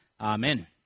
Amen